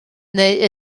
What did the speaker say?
neu